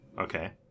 Okay